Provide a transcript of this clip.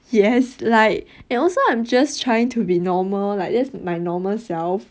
yes like and also I'm just trying to be normal like my normal self